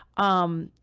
um,